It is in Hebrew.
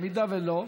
אם לא,